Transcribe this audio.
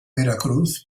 veracruz